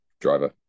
driver